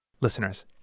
Listeners